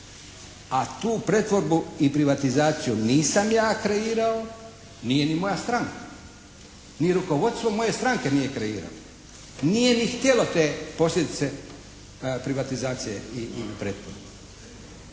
a tu pretvorbu i privatizaciju nisam ja kreirao, nije ni moja stranka. Ni rukovodstvo moje stranke nije kreiralo. Nije ni htjelo te posljedice privatizacije i pretvorbe.